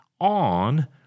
on